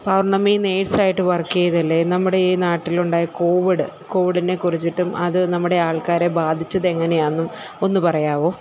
പൗർണ്ണമി നേഴ്സായിട്ടു വർക്ക് ചെയ്താല്ലേ നമ്മുടെ ഈ നാട്ടിലുണ്ടായ കോവിഡ് കോവിഡിനെ കുറിച്ചിട്ടും അതു നമ്മുടെ ആൾക്കാരെ ബാധിച്ചതെങ്ങനെയാണെന്നും ഒന്നു പറയാമോ